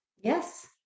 Yes